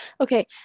Okay